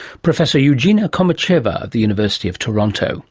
professor eugenia kumacheva of the university of toronto